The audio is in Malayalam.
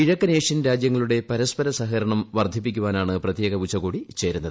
കിഴക്കൻ ഏഷ്യൻ രാജ്യങ്ങളുടെ പരസ്പരസഹകരണം വർദ്ധിപ്പിക്കാനാണ് പ്രത്യേക ഉച്ചകോടി ചേരുന്നത്